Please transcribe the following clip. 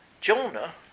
Jonah